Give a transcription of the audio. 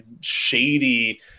shady